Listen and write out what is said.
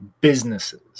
businesses